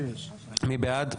מי בעד?